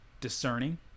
discerning